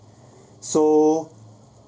so